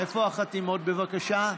איפה החתימות, בבקשה?